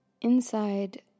inside